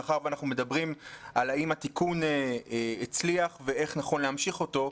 מאחר ואנחנו מדברים על האם התיקון הצליח ואיך נכון להמשיך אותו.